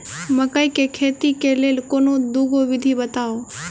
मकई केँ खेती केँ लेल कोनो दुगो विधि बताऊ?